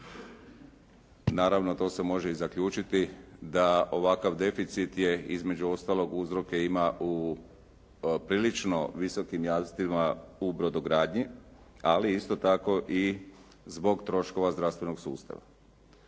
naravno to se može zaključiti da ovakav deficit je između ostalog uzroke ima u prilično visokim jamstvima u brodogradnji, ali isto tako i zbog troškova zdravstvenog sustava.